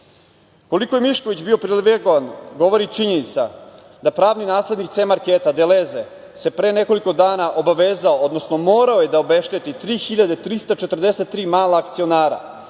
Srbiji. Koliko je Mišković bio privilegovan govori činjenica da pravni naslednik „C marketa“, „Deleze“ se pre nekoliko dana obavezao, odnosno moraju da obešteti 3.343 mala akcionara